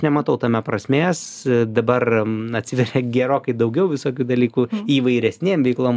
nematau tame prasmės dabar man atsiveria gerokai daugiau visokių dalykų įvairesnėm veiklom